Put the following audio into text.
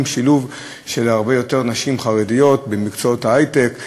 כשיש שילוב של הרבה יותר נשים חרדיות במקצועות ההיי-טק.